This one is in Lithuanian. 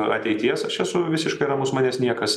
ateities aš esu visiškai ramus manęs niekas